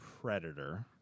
Predator